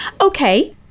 Okay